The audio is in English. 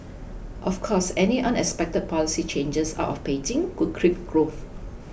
of course any unexpected policy changes out of Beijing could crimp growth